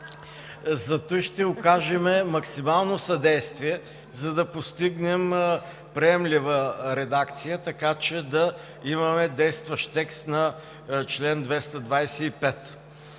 Затова ще окажем максимално съдействие, за да постигнем приемлива редакция, така че да имаме действащ текст на чл. 225.